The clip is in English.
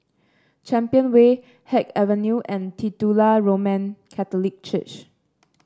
Champion Way Haig Avenue and Titular Roman Catholic Church